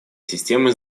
системы